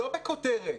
לא בכותרת,